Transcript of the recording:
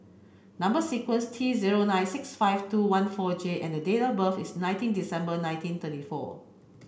number sequence T zero nine six five two one four J and date of birth is nineteen December nineteen thirty four